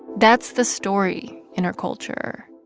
that's the story in our culture